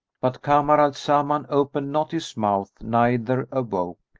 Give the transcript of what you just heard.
but kamar al-zaman opened not his mouth neither awoke,